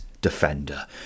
defender